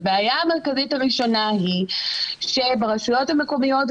הבעיה המרכזית הראשונה היא שברשויות המקומיות,